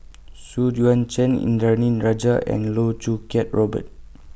Xu Yuan Zhen Indranee Rajah and Loh Choo Kiat Robert